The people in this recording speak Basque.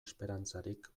esperantzarik